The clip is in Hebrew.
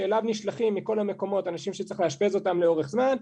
שאליו נשלחים מכל המקומות אנשים שצריך לאשפז אותם לאורך זמן,